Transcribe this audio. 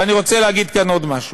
ואני רוצה להגיד כאן עוד משהו.